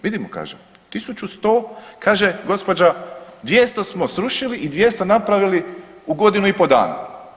Vidimo kaže, 1100 kaže gospođa 200 smo srušili i 200 napravili u godinu i pol dana.